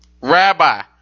Rabbi